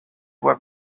were